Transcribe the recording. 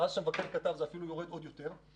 ומאז שהמבקר כתב זה אפילו יורד עוד יותר.